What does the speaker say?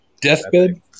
deathbed